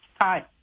Hi